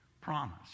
Promise